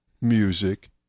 music